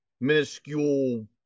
minuscule